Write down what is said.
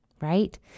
right